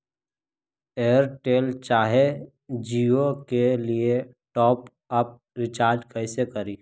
Airtel चाहे जियो के लिए टॉप अप रिचार्ज़ कैसे करी?